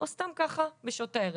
או סתם ככה בשעות הערב.